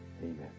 Amen